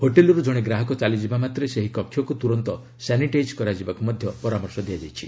ହୋଟେଲ୍ରୁ ଜଣେ ଗ୍ରାହକ ଚାଲିଯିବା ମାତ୍ରେ ସେହି କକ୍ଷକୁ ତୁରନ୍ତ ସାନିଟାଇଜ୍ କରାଯିବାକୁ ପରାମର୍ଶ ଦିଆଯାଇଛି